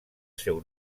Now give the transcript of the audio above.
seu